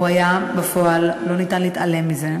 הוא היה בפועל, לא ניתן להתעלם מזה.